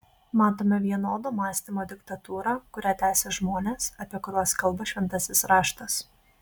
matome vienodo mąstymo diktatūrą kurią tęsia žmonės apie kuriuos kalba šventasis raštas